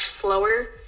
slower